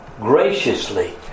graciously